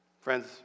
Friends